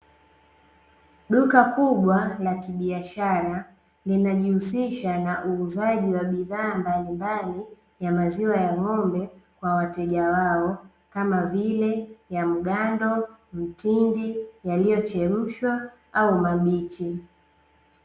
Duka kubwa la kibiashara linajihusisha na uuzaji wa bidhaa mbalimbali ya maziwa ya ng'ombe kwa wateja wao kama vile; ya mgando, mtindi, yaliyochemshwa au mabichi.